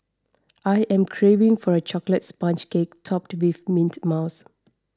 I am craving for a Chocolate Sponge Cake Topped with Mint Mousse